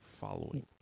following